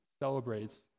celebrates